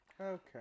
Okay